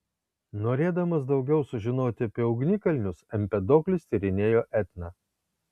norėdamas daugiau sužinoti apie ugnikalnius empedoklis tyrinėjo etną